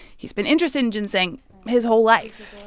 he's been interested in ginseng his whole life.